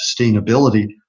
sustainability